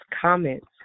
Comments